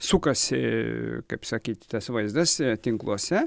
sukasi kaip sakyt tas vaizdas tinkluose